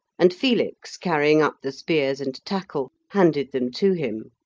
and felix carrying up the spears and tackle handed them to him.